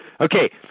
Okay